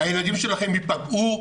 הילדים שלכם ייפגעו,